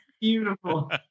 beautiful